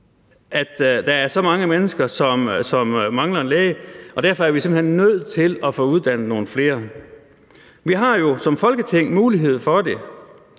at der er så mange mennesker, som mangler en læge, og derfor er vi simpelt hen nødt til at få uddannet nogle flere. Vi har jo som Folketing mulighed for det.